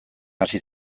hasi